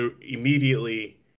immediately